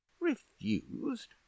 Refused